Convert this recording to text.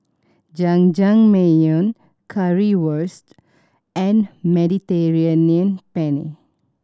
Jajangmyeon Currywurst and Mediterranean Penne